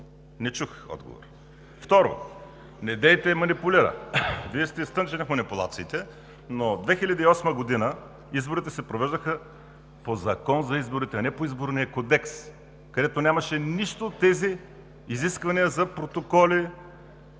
Не чух отговор! Второ, недейте да манипулирате! Вие сте изтънчени по манипулациите, но 2008 г. – изборите се провеждаха по Закон за изборите, а не по Изборния кодекс, където нямаше нищо от тези изисквания за протоколи,